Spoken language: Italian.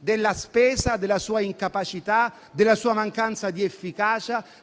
della spesa, della sua incapacità, della sua mancanza di efficacia,